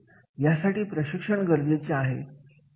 यासाठी प्रशिक्षण गरजेचे आहे